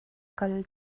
kal